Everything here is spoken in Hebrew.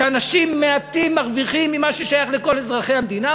שאנשים מעטים מרוויחים ממה ששייך לכל אזרחי המדינה?